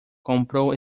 comprou